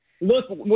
Look